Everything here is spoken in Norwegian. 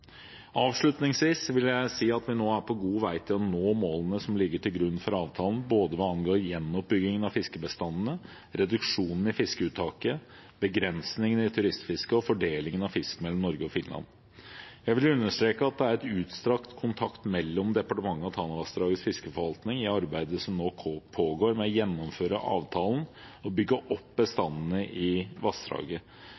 Avslutningsvis vil jeg si at vi nå er på god vei til å nå målene som ligger til grunn for avtalen, hva angår både gjenoppbyggingen av fiskebestandene, reduksjonen i fiskeuttaket, begrensningene i turistfisket og fordelingen av fisk mellom Norge og Finland. Jeg vil understreke at det er utstrakt kontakt mellom departementet og Tanavassdragets fiskeforvaltning i arbeidet som nå pågår med å gjennomføre avtalen og bygge opp